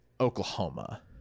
Oklahoma